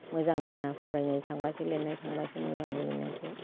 मोजां होना फरायनाय थांबासे लिरनाय थांबासो मोजां नुयो नोंखौ